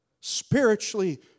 spiritually